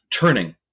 turning